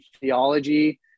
theology